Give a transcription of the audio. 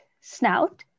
snout